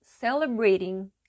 celebrating